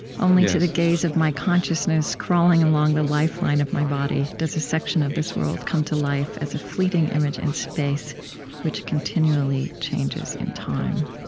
only to the gaze of my consciousness, crawling along the lifeline of my body does a section of this world come to life as a fleeting image in space which continually changes in time.